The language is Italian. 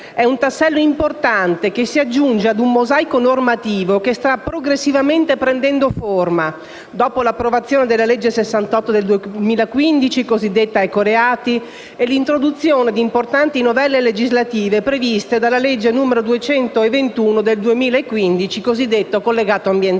È un tassello importante, che si aggiunge a un mosaico normativo che sta progressivamente prendendo forma dopo l'approvazione della legge n. 68 del 2015 (cosiddetta ecoreati) e l'introduzione di importanti novelle legislative previste dalla legge n. 221 del 2015 (cosiddetto collegato ambientale).